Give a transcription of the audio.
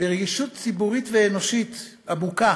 ברגישות ציבורית ואנושית עמוקה